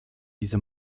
diese